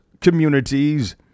communities